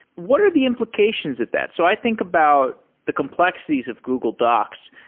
what are the implications of that? so i think about the complexities of google docs.